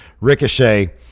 Ricochet